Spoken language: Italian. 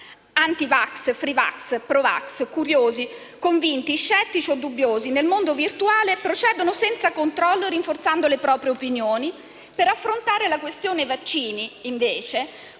Antivax, freevax, provax, curiosi, convinti, scettici o dubbiosi nel mondo virtuale procedono senza controllo rinforzando le proprie opinioni. Per affrontare la questione vaccini, invece